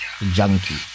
Junkie